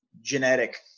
genetic